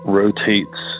rotates